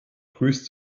grüßt